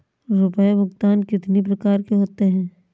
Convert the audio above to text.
रुपया भुगतान कितनी प्रकार के होते हैं?